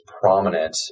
prominent